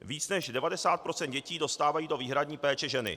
Více než 90 % dětí dostávají do výhradní péče ženy.